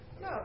No